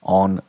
on